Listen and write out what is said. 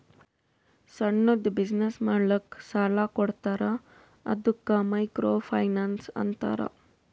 ಸಣ್ಣುದ್ ಬಿಸಿನ್ನೆಸ್ ಮಾಡ್ಲಕ್ ಸಾಲಾ ಕೊಡ್ತಾರ ಅದ್ದುಕ ಮೈಕ್ರೋ ಫೈನಾನ್ಸ್ ಅಂತಾರ